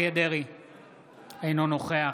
אינו נוכח